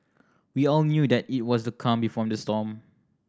we all knew that it was the calm before the storm